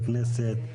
המדינה.